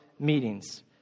Meetings